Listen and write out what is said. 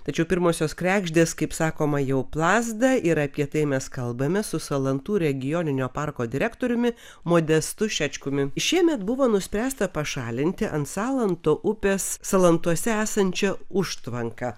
tačiau pirmosios kregždės kaip sakoma jau plazda ir apie tai mes kalbame su salantų regioninio parko direktoriumi modestu šečkumi šiemet buvo nuspręsta pašalinti ant salanto upės salantuose esančią užtvanką